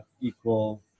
equal